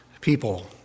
people